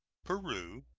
peru,